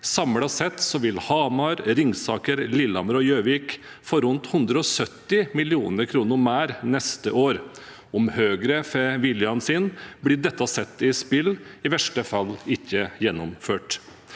Samlet sett vil Hamar, Ringsaker, Lillehammer og Gjøvik få rundt 170 mill. kr mer neste år. Om Høyre får viljen sin, blir dette satt i spill – og i verste fall ikke gjennomført.